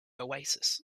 oasis